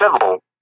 civil